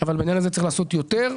אבל צריך לעשות יותר.